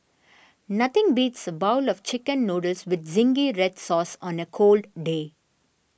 nothing beats a bowl of Chicken Noodles with Zingy Red Sauce on a cold day